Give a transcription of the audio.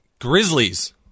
Grizzlies